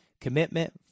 Commitment